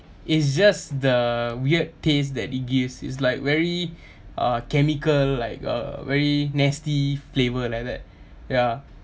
it's just the weird taste that it gives it's like very uh chemical like uh very nasty flavor like that ya